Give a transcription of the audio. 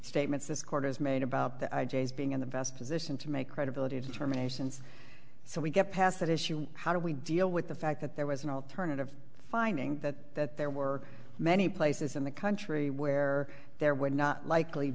statements this court has made about the ideas being in the best position to make credibility determinations so we get past that issue how do we deal with the fact that there was an alternative finding that there were many places in the country where there would not likely